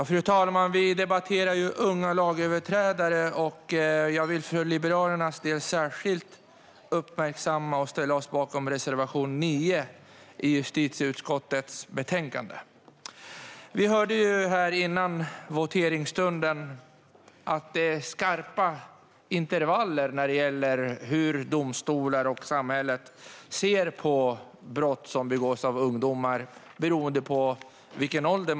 Fru talman! Vi debatterar betänkandet Unga lagöverträdare . Jag vill för Liberalernas del särskilt uppmärksamma reservation 9 i justitieutskottets betänkande, vilken vi yrkar bifall till. Vi hörde före voteringen att det finns skarpa intervall i hur domstolar och samhället ser på brott som begås av ungdomar - beroende på deras ålder.